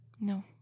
No